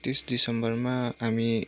तिस डिसम्बरमा हामी